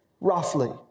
roughly